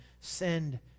send